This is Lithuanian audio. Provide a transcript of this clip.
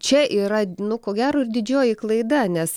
čia yra nu ko gero ir didžioji klaida nes